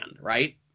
right